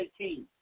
18